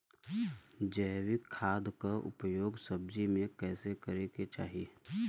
जैविक खाद क उपयोग सब्जी में कैसे करे के चाही?